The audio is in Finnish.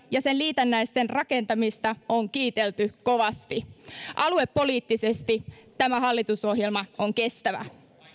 ja sen liitännäisten rakentamista on kiitelty kovasti aluepoliittisesti tämä hallitusohjelma on kestävä